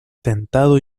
tentado